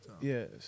yes